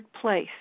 place